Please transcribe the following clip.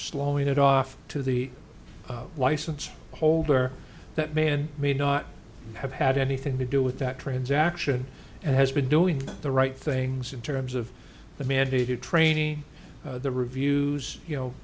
slowing it off to the license holder that man may not have had anything to do with that transaction and has been doing the right things in terms of the mandated training the reviews you know